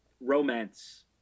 romance